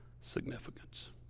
significance